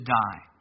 die